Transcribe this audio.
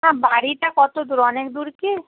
না বাড়িটা কত দূর অনেক দূর কি